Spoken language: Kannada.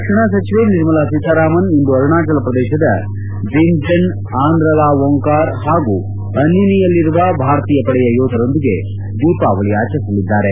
ರಕ್ಷಣಾ ಸಚಿವೆ ನಿರ್ಮಲಾ ಸೀತಾರಾಮನ್ ಇಂದು ಅರುಣಾಚಲ ಪ್ರದೇಶದ ದಿನ್ಜೆನ್ ಅಂದ್ರ ಲಾ ಓಂಕಾರ್ ಹಾಗೂ ಅನ್ನಿನಿ ಯಲ್ಲಿರುವ ಭಾರತೀಯ ಪಡೆಯ ಯೋಧರೊಂದಿಗೆ ದೀಪಾವಳಿ ಆಚರಿಸಲಿದ್ದಾರೆ